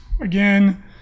again